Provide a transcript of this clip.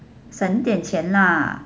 省一点钱 ah